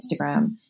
Instagram